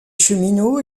cheminot